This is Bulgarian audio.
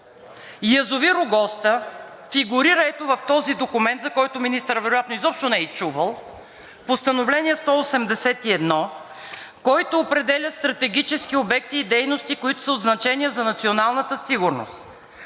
язовир „Огоста“ фигурира ето в този документ (показва), за който министърът вероятно изобщо не е и чувал – Постановление № 181, който определя стратегически обекти и дейности, които са от значение за националната сигурност.